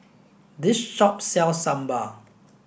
this shop sells sambal